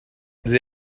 they